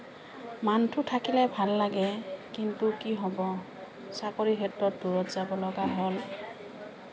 মানুহটো থাকিলে ভাল লাগে কিন্তু কি হ'ব চাকৰি ক্ষেত্ৰত দূৰত যাব লগা হ'ল